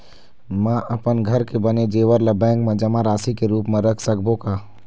म अपन घर के बने जेवर ला बैंक म जमा राशि के रूप म रख सकबो का?